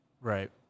Right